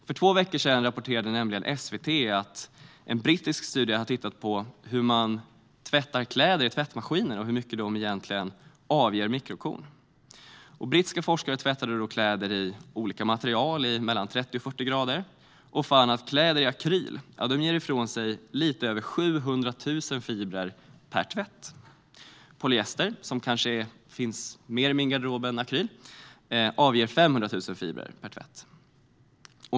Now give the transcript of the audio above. För två veckor sedan rapporterade nämligen SVT att en brittisk studie har tittat på hur man tvättar kläder i tvättmaskiner och hur mycket mikrokorn de egentligen avger. Brittiska forskare tvättade kläder i olika material i 30-40 grader och fann att kläder i akryl ger ifrån sig lite över 700 000 fibrer per tvätt. Polyester, som kanske finns mer i min garderob än akryl, avger 500 000 fibrer per tvätt.